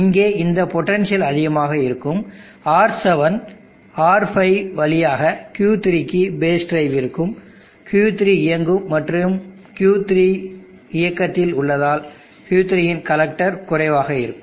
இங்கே இந்த பொட்டன்ஷியல் அதிகமாக இருக்கும்R7 R5 வழியாக Q3 க்கு பேஸ் டிரைவ் இருக்கும் Q3 இயங்கும் மற்றும் Q3 இயக்கத்தில் உள்ளதால் Q3 இன் கலெக்டர் குறைவாக இருக்கும்